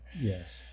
yes